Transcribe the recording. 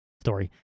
story